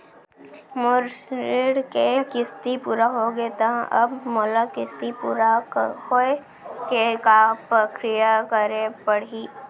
मोर ऋण के किस्ती पूरा होगे हे ता अब मोला किस्ती पूरा होए के का प्रक्रिया करे पड़ही?